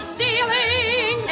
Stealing